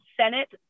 Senate